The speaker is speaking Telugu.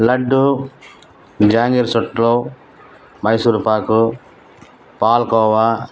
లడ్డు జాంగ్రీ చుట్టలు మైసూర్ పాకు పాలకోవా